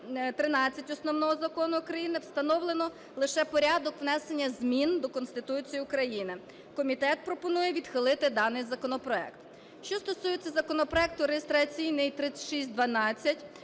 Основного Закону України встановлено лише порядок внесення змін до Конституції України. Комітет пропонує відхилити даний законопроект. Що стосується законопроекту (реєстраційний номер